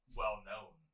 well-known